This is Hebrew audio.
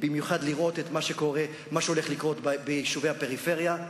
לראות את מה שהולך לקרות ביישובי הפריפריה,